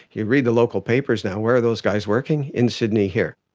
you read the local papers now, where are those guys working? in sydney here.